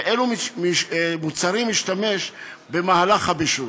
ובאילו מוצרים השתמש במהלך הבישול,